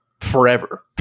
forever